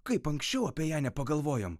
kaip anksčiau apie ją nepagalvojom